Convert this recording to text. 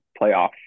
playoff